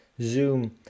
Zoom